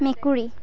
মেকুৰী